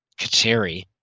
Kateri